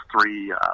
three